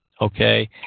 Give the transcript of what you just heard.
okay